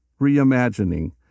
reimagining